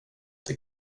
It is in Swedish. det